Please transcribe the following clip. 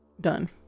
done